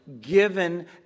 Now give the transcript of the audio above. given